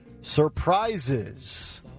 surprises